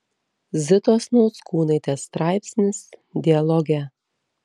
zitos nauckūnaitės straipsnis dialoge